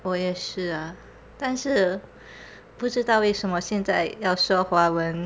我也是啊但是不知道为什么现在要说华文